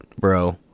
bro